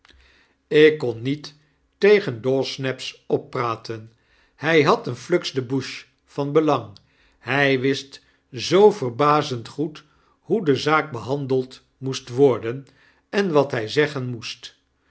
ik kon niet tegen dawsnaps op praten hfl had een flux de douche van belang hg wist zoo verbazend goed hoe de zaak behandeld moest worden en wat hg zeggen moest